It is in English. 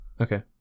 Okay